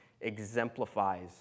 exemplifies